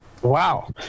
Wow